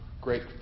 Great